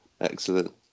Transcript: Excellent